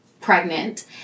pregnant